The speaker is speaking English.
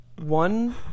one